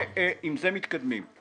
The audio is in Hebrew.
ועם זה מתקדמים.